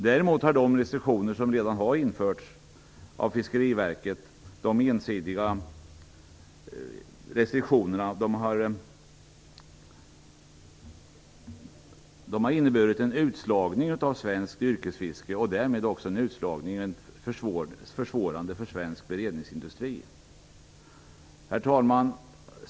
Däremot har de ensidiga restriktioner som redan har införts av Fiskeriverket inneburit en utslagning av svenskt yrkesfiske och därmed också en utslagning av svensk beredningsindustri. Herr talman!